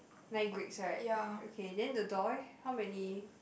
nine grapes right okay then the door eh how many